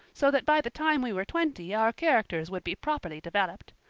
so that by the time we were twenty our characters would be properly developed.